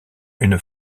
une